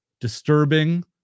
disturbing